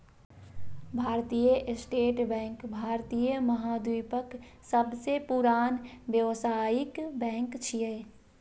भारतीय state bank भारतीय महाद्वीपक सबसं पुरान व्यावसायिक बैंक छियै